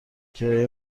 کرایه